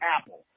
Apple